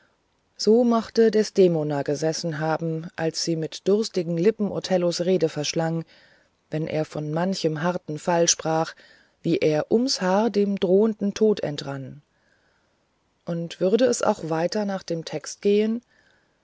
so mochte wohl desdemona gesessen haben als sie mit durstigem ohr othellos rede verschlang wenn er von manchem harten fall sprach wie er ums haar dem droh'nden tod entrann und würde es auch weiter nach dem texte gehen